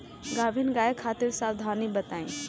गाभिन गाय खातिर सावधानी बताई?